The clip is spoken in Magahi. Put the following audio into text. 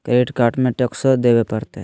क्रेडिट कार्ड में टेक्सो देवे परते?